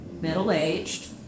middle-aged